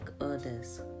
others